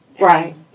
Right